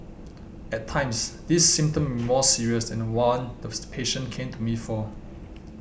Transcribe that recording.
at times this symptom more serious than the one the patient came to me for